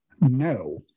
No